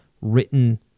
written